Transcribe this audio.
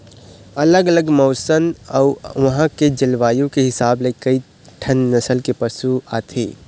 अलग अलग मउसन अउ उहां के जलवायु के हिसाब ले कइठन नसल के पशु आथे